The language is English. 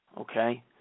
Okay